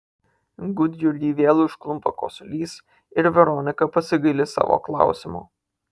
gudjurgį vėl užklumpa kosulys ir veronika pasigaili savo klausimo